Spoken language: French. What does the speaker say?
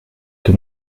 que